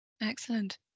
Excellent